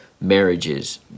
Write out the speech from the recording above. marriages